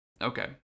Okay